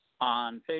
on